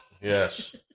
Yes